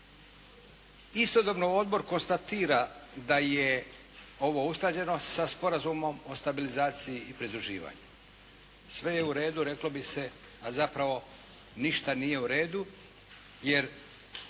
Istodobno odbor konstatira da je ovo usklađeno sa Sporazumom o stabilizaciji i pridruživanju. Sve je u redu reklo bi se, a zapravo ništa nije u redu, jer